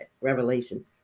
Revelation